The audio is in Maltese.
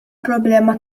problema